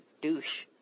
douche